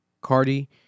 Cardi